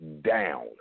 down